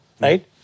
right